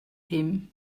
him